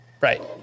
Right